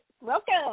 Welcome